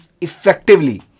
effectively